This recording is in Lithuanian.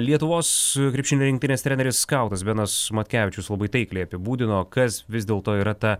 lietuvos krepšinio rinktinės treneris skautas benas matkevičius labai taikliai apibūdino kas vis dėlto yra ta